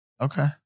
Okay